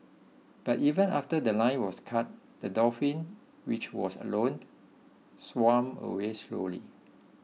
but even after The Line was cut the dolphin which was alone swam away slowly